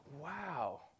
wow